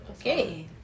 Okay